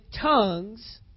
tongues